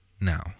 now